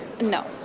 No